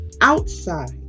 outside